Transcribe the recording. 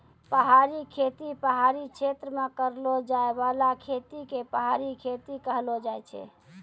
पहाड़ी खेती पहाड़ी क्षेत्र मे करलो जाय बाला खेती के पहाड़ी खेती कहलो जाय छै